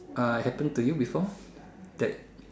uh happen to you before that